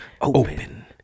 open